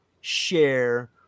share